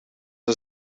een